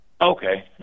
Okay